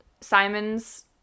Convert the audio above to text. Simon's